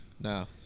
No